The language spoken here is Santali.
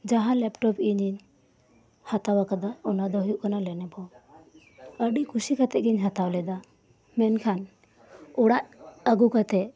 ᱡᱟᱦᱟᱸ ᱞᱮᱯᱴᱚᱯ ᱤᱧᱤᱧ ᱦᱟᱛᱟᱣ ᱟᱠᱟᱫᱟ ᱚᱱᱟᱫᱚ ᱦᱩᱭᱩᱜ ᱠᱟᱱᱟ ᱞᱮᱱᱳᱵᱷᱚ ᱟᱹᱰᱤ ᱠᱷᱩᱥᱤ ᱠᱟᱛᱮᱜ ᱜᱤᱧ ᱦᱟᱛᱟᱣᱞᱮᱫᱟ ᱢᱮᱱᱠᱷᱟᱱ ᱚᱲᱟᱜ ᱟᱹᱜᱩ ᱠᱟᱛᱮᱜ